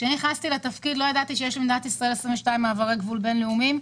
כשנכנסתי לתפקיד לא ידעתי שיש במדינת ישראל 22 מעברי גבול בין-לאומיים.